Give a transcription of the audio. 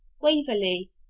Waverley